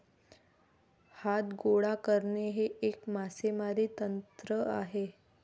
हात गोळा करणे हे एक मासेमारी तंत्र आहे